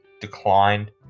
declined